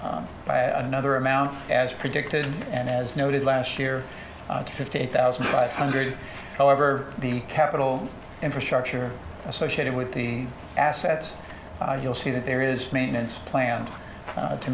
by a nother amount as predicted and as noted last year fifty eight thousand five hundred however the capital infrastructure associated with the assets you'll see that there is maintenance planned to